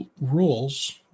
rules